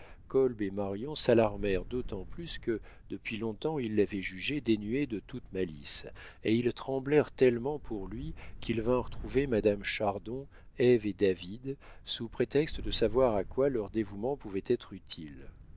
et marion s'alarmèrent d'autant plus que depuis long-temps ils l'avaient jugé dénué de toute malice et ils tremblèrent tellement pour lui qu'ils vinrent trouver madame chardon ève et david sous prétexte de savoir à quoi leur dévouement pouvait être utile